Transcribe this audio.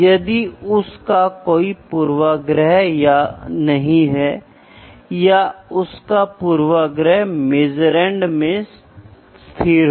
यदि आप इसे एक ब्लॉक आरेख में डालते हैं तो आप देख सकते हैं कि मापुरंड अज्ञात मात्रा इनपुट है